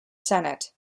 senate